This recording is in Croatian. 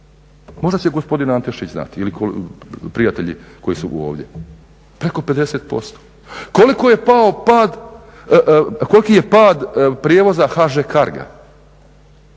Možda će gospodin Antešić znati ili prijatelji koji su ovdje, preko 50%. Koliki je pad prijevoza HŽ Cargo-a?